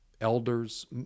elders